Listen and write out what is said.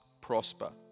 prosper